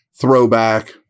throwback